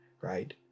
right